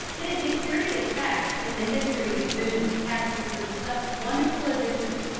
it is a curious fact in the history of boone passing through such wonderful adventures,